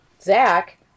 Zach